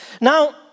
Now